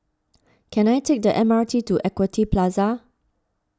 can I take the M R T to Equity Plaza